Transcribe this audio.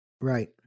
right